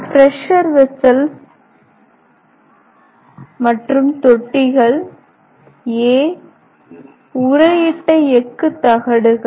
pressure vessels மற்றும் தொட்டிகள் உறையிட்ட எஃகு தகடுகள்